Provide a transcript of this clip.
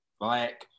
black